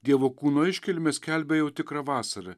dievo kūno iškilmės skelbia jau tikrą vasarą